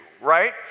right